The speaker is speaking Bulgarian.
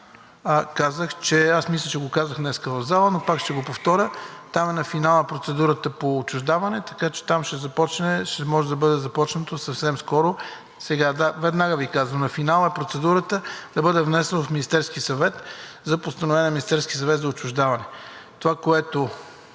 аз мисля, че го казах днес в залата, но пак ще го повторя, там е на финала процедурата по отчуждаване, така че там ще може да бъде започнато съвсем скоро. Веднага Ви казвам, на финала е процедурата да бъде внесена в Министерския съвет за постановление на Министерския съвет за отчуждаване. Това, което